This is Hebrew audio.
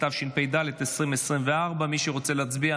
התשפ"ד 2024. מי שרוצה להצביע,